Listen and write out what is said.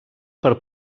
per